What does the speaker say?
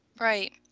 Right